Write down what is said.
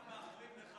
אנחנו מאחלים לך